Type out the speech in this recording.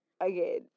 again